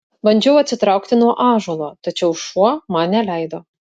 bandžiau atsitraukti nuo ąžuolo tačiau šuo man neleido